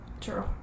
True